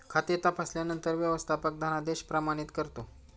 खाते तपासल्यानंतर व्यवस्थापक धनादेश प्रमाणित करतो